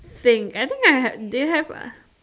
thing I think I had do you have